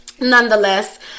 nonetheless